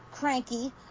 cranky